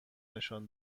نشان